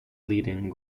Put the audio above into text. leading